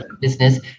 business